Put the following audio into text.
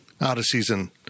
out-of-season